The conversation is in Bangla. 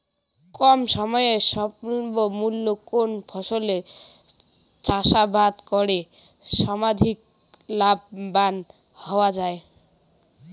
কম সময়ে স্বল্প মূল্যে কোন ফসলের চাষাবাদ করে সর্বাধিক লাভবান হওয়া য়ায়?